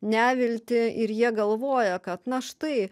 neviltį ir jie galvoja kad na štai